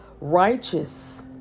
righteous